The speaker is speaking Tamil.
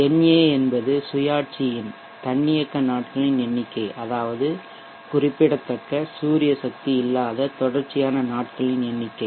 na என்பது சுயாட்சியின் தன்னியக்கநாட்களின் எண்ணிக்கை அதாவது குறிப்பிடத்தக்க சூரிய சக்தி இல்லாத தொடர்ச்சியான நாட்களின் எண்ணிக்கை